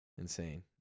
insane